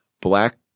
black